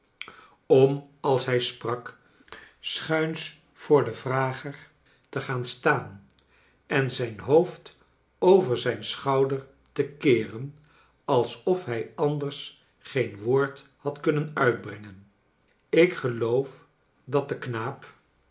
om als hij sprak schuins voor den vrager te gaan staan en zijn hoofd over zijn schouder te keeren alsof hij anders geen woord had kunnen uitbrengen ik geloof dat de knaap